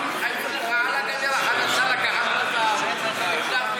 אנחנו מתחייבים לך, על הגדר החדשה, שני דברים.